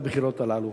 לבחירות הללו.